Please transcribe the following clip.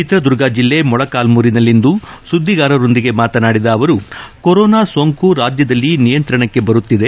ಚಿತ್ರದುರ್ಗ ಜಲ್ಲೆ ಮೊಳಕಾಲ್ಲೂರಿನಲ್ಲಿಂದು ಸುದ್ದಿಗಾರರೊಂದಿಗೆ ಮಾತನಾಡಿದ ಅವರು ಕೊರೋನಾ ಸೋಂಕು ರಾಜ್ಯದಲ್ಲಿ ನಿಯಂತ್ರಣಕ್ಕೆ ಬರುತ್ತಿದೆ